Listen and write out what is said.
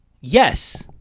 Yes